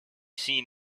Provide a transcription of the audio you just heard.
seen